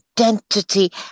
identity